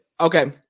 Okay